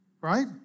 Right